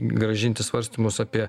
grąžinti svarstymus apie